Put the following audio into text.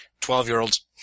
Twelve-year-olds